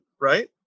right